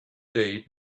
day